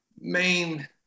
main